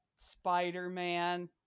Spider-Man